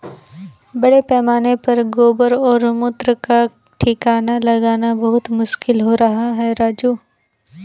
बड़े पैमाने पर गोबर और मूत्र का ठिकाना लगाना बहुत मुश्किल हो रहा है राजू